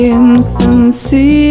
infancy